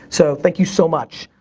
so thank you so much.